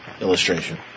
illustration